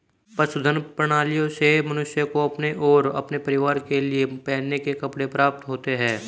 पशुधन प्रणालियों से मनुष्य को अपने और अपने परिवार के लिए पहनने के कपड़े प्राप्त होते हैं